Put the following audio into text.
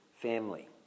family